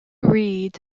read